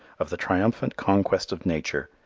of the triumphant conquest of nature,